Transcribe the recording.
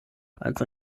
als